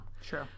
sure